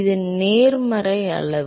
இது நேர்மறை அளவு